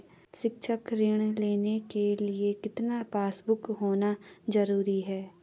शैक्षिक ऋण लेने के लिए कितना पासबुक होना जरूरी है?